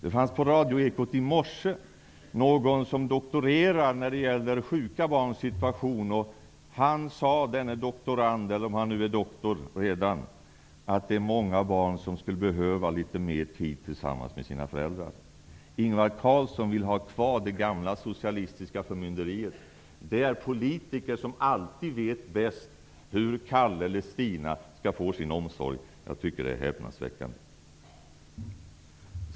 I radioekot kunde man i morse höra någon som doktorerar, eller möjligen redan har doktorerat, i ämnet sjuka barns situation. Han sade att många barn skulle behöva litet mera tid tillsammans med sina föräldrar. Ingvar Carlsson vill ha kvar det gamla socialistiska förmynderiet, där det alltid är politiker som vet bäst hur Kalle eller Stina skall få sin omsorg. Jag tycker att det är häpnadsväckande.